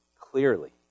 clearly